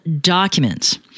documents